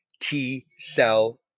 T-cell